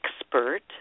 expert